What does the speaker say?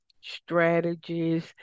strategies